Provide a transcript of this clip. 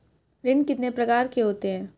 ऋण कितने प्रकार के होते हैं?